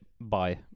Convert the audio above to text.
Bye